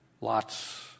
Lots